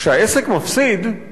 העובדים תמיד מפסידים.